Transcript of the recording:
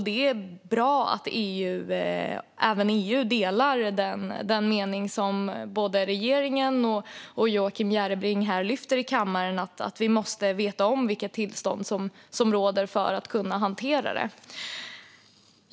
Det är bra att även EU delar den mening som både regeringen har och Joakim Järrebring ger uttryck för här i kammaren om att vi måste veta om vilket tillstånd som råder för att kunna hantera det.